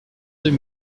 deux